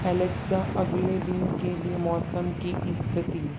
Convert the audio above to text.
Alexa अगले दिन के लिए मौसम की स्थिति